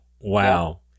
Wow